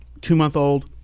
two-month-old